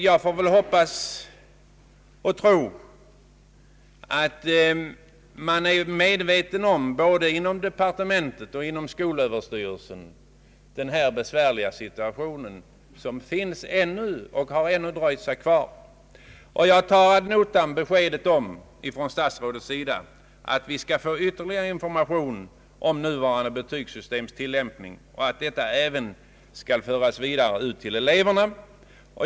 Jag hoppas dock att man även inom departementet och inom skolöverstyrelsen är medveten om den besvär liga situation som här föreligger och som alltså har dröjt sig kvar på grund av att man från början inte fick riktig information. Jag tar ad notam beskedet från statsrådet att ytterligare information skall ges om nuvarande betygsystems tilllämpning och att denna information även skall föras vidare ut till eleverna.